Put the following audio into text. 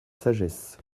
sagesse